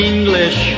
English